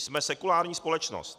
Jsme sekulární společnost.